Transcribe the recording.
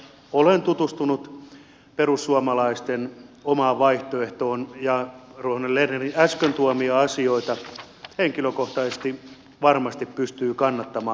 olen tutustunut perussuomalaisten omaan vaihtoehtoon ja ruohonen lernerin äsken tuomia asioita henkilökohtaisesti varmasti pystyy kannattamaan